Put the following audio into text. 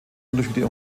unterschiede